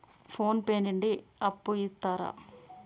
Phone pay నుండి అప్పు ఇత్తరా?